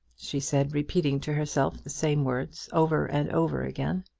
she said, repeating to herself the same words, over and over again.